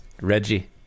Reggie